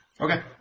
Okay